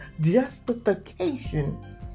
justification